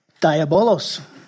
Diabolos